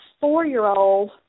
four-year-old